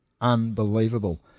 unbelievable